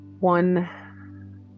one